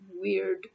weird